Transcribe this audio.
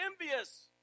envious